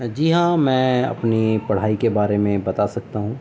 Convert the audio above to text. جی ہاں میں اپنی پڑھائی کے بارے میں بتا سکتا ہوں